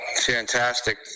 fantastic